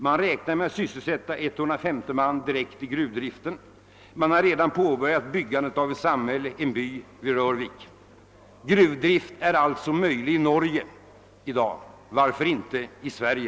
Man räknar med att sysselsätta 150 man i den direkta gruvdriften. Man har redan påbörjat byggandet av ett nytt samhälle, en by i Röyrvik. Gruvdrift är alltså möjlig i Norge. Varför inte i Sverige?